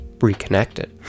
reconnected